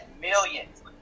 millions